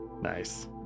Nice